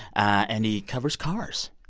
and he covers cars.